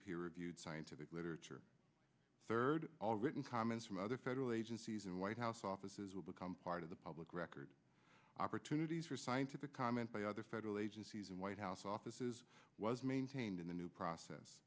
peer reviewed scientific literature third all written comments from other federal agencies and white house offices will become part of the public record opportunities for scientific comment by other federal agencies and white house offices was maintained in the new process